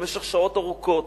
במשך שעות ארוכות,